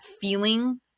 feeling